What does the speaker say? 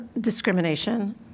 discrimination